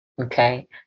Okay